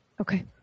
Okay